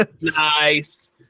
Nice